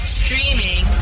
streaming